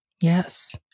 Yes